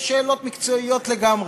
יש שאלות מקצועיות לגמרי.